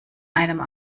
einem